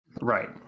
Right